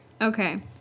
Okay